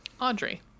Audrey